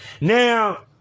Now